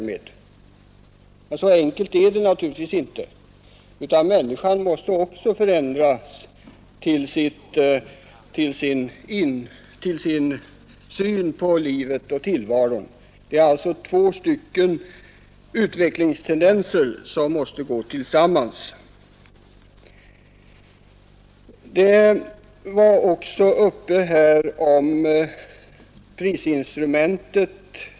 Men så enkelt är det naturligtvis inte, utan människans syn på livet och tillvaron måste också förändras. Två utvecklingstendenser måste således gå parallellt.